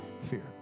fear